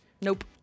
Nope